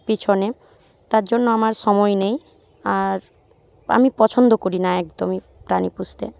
পেছনে তার জন্য আমার সময় নেই আর আমি পছন্দ করি না একদমই প্রাণী পুষতে